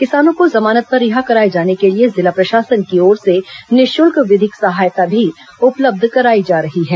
किसानों को जमानत पर रिहा कराए जाने के लिए जिला प्रशासन की ओर से निःशुल्क विधिक सहायता भी उपलब्ध कराई जा रही है